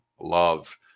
love